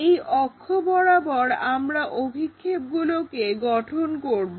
এই অক্ষ বরাবর আমরা অভিক্ষেপগুলোকে গঠন করবো